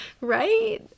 Right